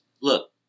Look